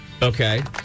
Okay